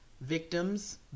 victims